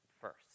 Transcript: first